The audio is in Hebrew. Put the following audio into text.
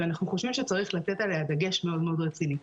ואנחנו חושבים שצריך לתת עלייה דגש מאוד מאוד רציני.